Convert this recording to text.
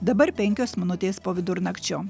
dabar penkios minutės po vidurnakčio